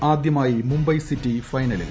എല്ലിൽ ആദ്യമായി മുംബൈ സിറ്റി ഫൈനലിൽ